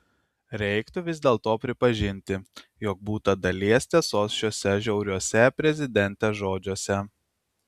reiktų vis dėlto pripažinti jog būta dalies tiesos šiuose žiauriuose prezidentės žodžiuose